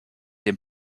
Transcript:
dem